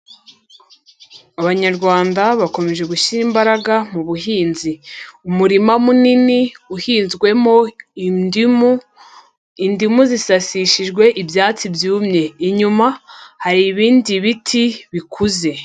Abanyarwanda bakomeje gushyira imbaraga mu buhinzi. Umurima munini uhinzwemo indimu, indimu zisasishijwe ibyatsi byumye, inyuma hari ibindi biti bikuze.